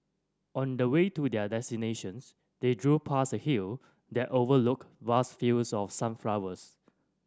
on the way to their destinations they drove past a hill that overlooked vast fields of sunflowers